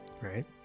right